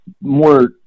more